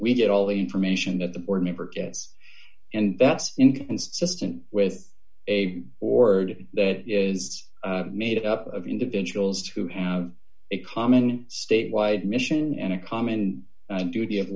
we get all the information that the board member gives and that's inconsistent with a order that is made up of individuals who have a common statewide mission and a common duty of